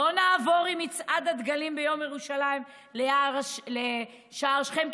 לא נעבור עם מצעד הדגלים ביום ירושלים ליד שער שכם,